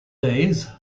days